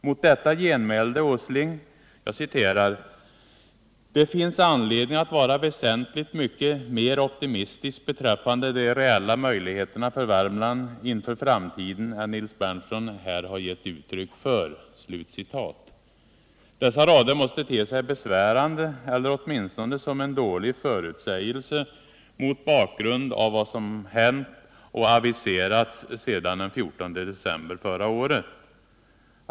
Mot detta genmälde Nils Åsling: ”Det finns anledning att vara väsentligt mycket mer optimistisk beträffande de reella möjligheterna för Värmland inför framtiden än Nils Berndtson här har gett uttryck för.” Dessa rader måste te sig besvärande eller åtminstone som en dålig förutsägelse mot bakgrund av vad som hänt och aviserats sedan den 14 december förra året.